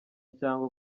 cyangwa